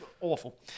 awful